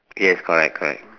yes correct correct